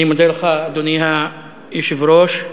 אדוני היושב-ראש,